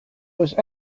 was